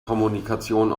kommunikation